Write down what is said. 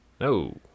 No